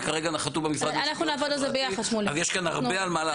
וכרגע נחתו במשרד --- אז יש כאן הרבה על מה לעבוד.